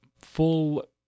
full